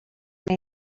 may